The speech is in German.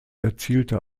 erzielte